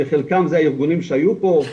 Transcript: שלחלקם זה הארגונים שהיו פה,